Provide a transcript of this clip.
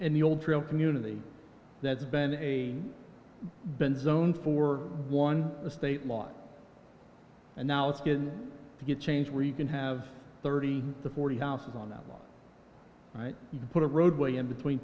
and the old trail community that's been a bend zone for one state law and now it's going to get changed where you can have thirty to forty houses on that you can put a roadway in between